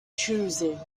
choosing